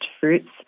fruits